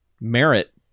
merit